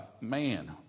Man